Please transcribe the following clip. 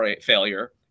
failure